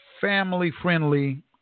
Family-friendly